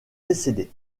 décédé